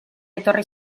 etorri